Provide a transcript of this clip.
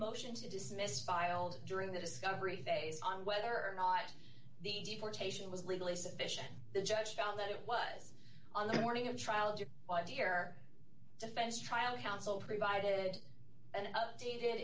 motion to dismiss filed during the discovery phase on whether or not the deportation was legally sufficient the judge found that it was on the morning of trial by the air defense trial counsel provided and updated